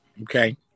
okay